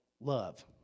love